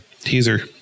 teaser